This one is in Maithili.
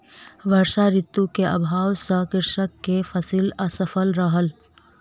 वर्षा ऋतू के अभाव सॅ कृषक के फसिल असफल रहल